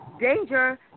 danger